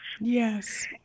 Yes